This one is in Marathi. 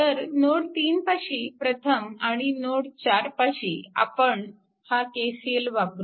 तर नोड 3 पाशी प्रथम आणि नोड 4 पाशी आपण हा KCL वापरू